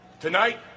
tonight